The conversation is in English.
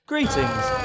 Greetings